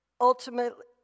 ultimately